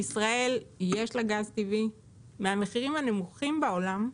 לישראל יש גז טבעי מהמחירים הנמוכים בעולם.